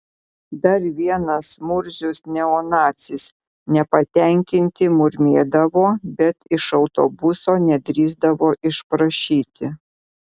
dar vienas murzius neonacis nepatenkinti murmėdavo bet iš autobuso nedrįsdavo išprašyti